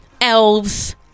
elves